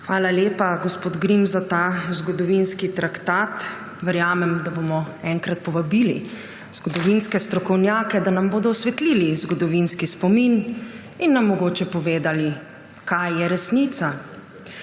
Hvala lepa, gospod Grims, za ta zgodovinski traktat. Verjamem, da bomo enkrat povabili zgodovinske strokovnjake, da nam bodo osvetlili zgodovinski spomin in nam mogoče povedali, kaj je resnica.